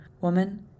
Woman